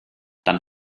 dann